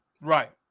right